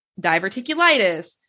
diverticulitis